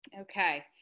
okay